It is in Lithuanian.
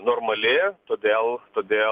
normali todėl todėl